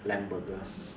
lamb burger